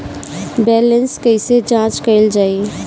Balance कइसे जांच कइल जाइ?